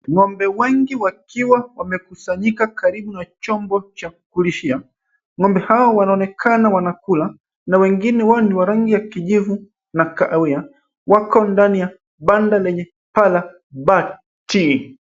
Ngombe wengi wakiwa wamekusanyika karibu na chombo cha kulishia ngombe hawa wanaonekana wanakula na wengine wao ni wa rangi ya kijivu na kahawia wako ndani ya banda lenye paa la bati.